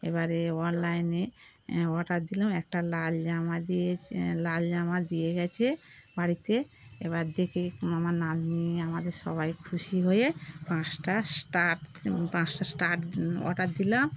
এবারে অনলাইনে অর্ডার দিলাম একটা লাল জামা দিয়ে লাল জামা দিয়ে গেছে বাড়িতে এবার দেখে আমার নাতনি আমাদের সবাই খুশি হয়ে পাঁচটা স্টার্ট পাঁচটা স্টার অর্ডার দিলাম